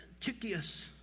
Tychius